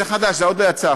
זה עוד לא יצא.